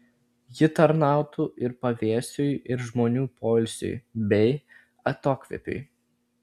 ji tarnautų ir pavėsiui ir žmonių poilsiui bei atokvėpiui